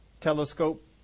telescope